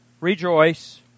Rejoice